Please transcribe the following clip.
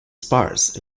sparse